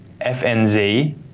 FNZ